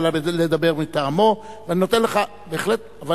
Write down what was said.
הממשלה, אלא לדבר מטעמו, ואני נותן לך את הכבוד.